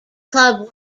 club